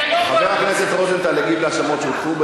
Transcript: חבר הכנסת רוזנטל הגיב לפי סעיף 34 על האשמות שהוטחו בו,